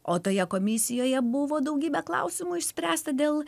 o toje komisijoje buvo daugybė klausimų išspręsta dėl